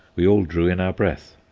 we all drew in our breath.